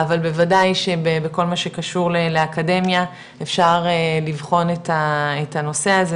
אבל בוודאי שבכל מה שקשור לאקדמיה אפשר לבחון את הנושא הזה,